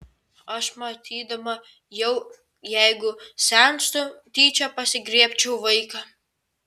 aš matydama jau jeigu senstu tyčia pasigriebčiau vaiką